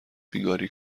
بیگاری